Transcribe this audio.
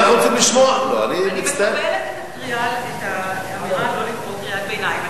אני מקבלת את האמירה לא לקרוא קריאת ביניים.